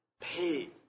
paid